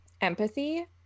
empathy